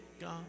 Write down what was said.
God